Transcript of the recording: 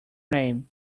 name